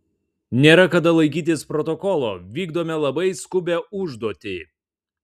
nėra kada laikytis protokolo vykdome labai skubią užduotį